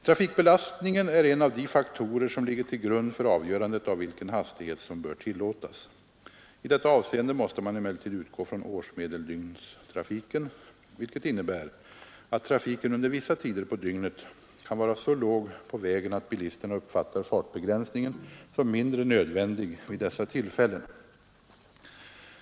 Trafikbelastningen är en av de faktorer som ligger till grund för avgörandet av vilken hastighet som bör tillåtas. I detta avseende måste man emellertid utgå från årsmedeldygnstrafiken, vilket innebär att trafiken under vissa tider på dygnet kan vara så låg på vägen att bilisterna uppfattar fartbegränsningen som mindre nödvändig vid dessa tillfällen.